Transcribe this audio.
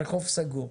הרחוב סגור,